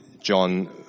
John